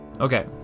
okay